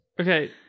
Okay